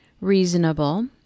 reasonable